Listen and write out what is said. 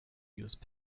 use